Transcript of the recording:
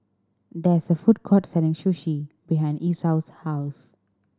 there is a food court selling Sushi behind Esau's house